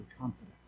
confidence